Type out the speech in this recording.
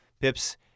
pips